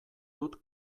dut